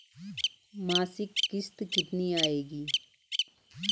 मासिक किश्त कितनी आएगी?